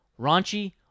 Raunchy